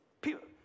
People